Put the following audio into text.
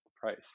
price